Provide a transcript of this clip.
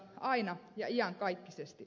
aina ja iankaikkisesti